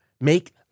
make